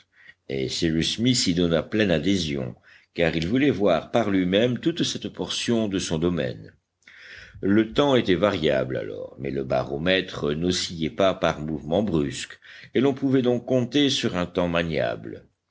et cyrus smith y donna pleine adhésion car il voulait voir par luimême toute cette portion de son domaine le temps était variable alors mais le baromètre n'oscillait pas par mouvements brusques et l'on pouvait donc compter sur un temps maniable